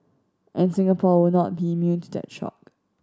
and Singapore will not be immune to that shock